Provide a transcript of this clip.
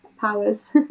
powers